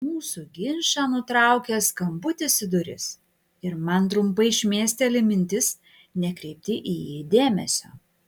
mūsų ginčą nutraukia skambutis į duris ir man trumpai šmėsteli mintis nekreipti į jį dėmesio